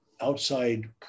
outside